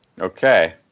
Okay